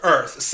Earth